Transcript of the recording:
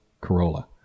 corolla